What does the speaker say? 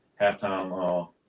halftime